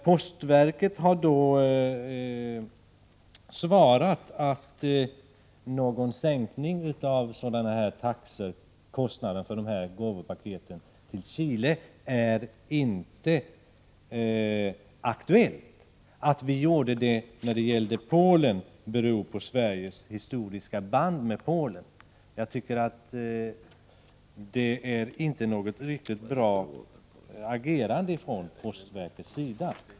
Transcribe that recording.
Postverket har på en förfrågan svarat att någon sänkning av taxorna för gåvopaket till Chile inte är aktuell. Att vi sänkte taxorna när det gällde Polen beror på Sveriges historiska band med Polen, säger postverket. Detta är inget bra agerande från postverkets sida.